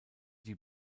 die